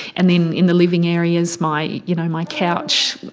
and then in the living areas, my you know my couch,